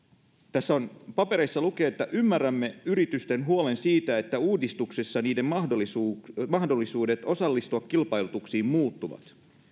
tässä papereissa lukee ymmärrämme yritysten huolen siitä että uudistuksessa niiden mahdollisuudet osallistua kilpailutuksiin muuttuvat